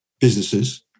businesses